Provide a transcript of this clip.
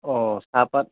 অঁ চাহপাত